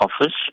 office